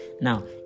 Now